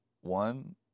one